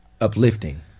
uplifting